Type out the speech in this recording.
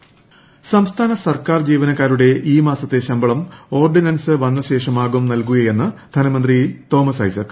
Thomas Isaac സംസ്ഥാന സർക്കാർ ജീവ്യനിക്കാർുടെ ഈ മാസത്തെ ശമ്പളം ഓർഡിനൻസ് വന്നശേഷ്മാകും നൽകുകയെന്ന് ധനമന്ത്രി തോമസ് ഐസക്